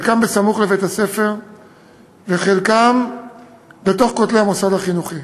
חלקם סמוך לבית-הספר וחלקם בין כותלי המוסד החינוכי.